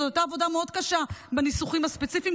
זו הייתה עבודה מאוד קשה בניסוחים הספציפיים,